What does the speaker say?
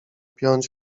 piąć